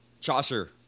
Chaucer